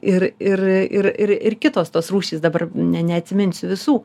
ir ir ir ir kitos tos rūšys dabar ne neatsiminsiu visų